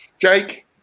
Jake